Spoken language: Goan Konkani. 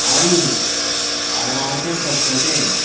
आळू आळवाचे खतखतें